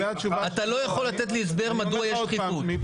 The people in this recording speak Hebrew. אתה לא יכול לתת לי הסבר מדוע יש דחיפות.